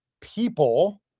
people